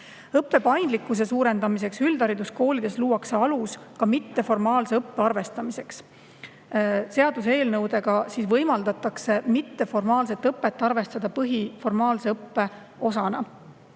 Õppe paindlikkuse suurendamiseks üldhariduskoolides luuakse alus ka mitteformaalse õppe arvestamiseks. Seaduseelnõude kohaselt võimaldatakse mitteformaalset õpet arvestada põhiformaalõppe osana.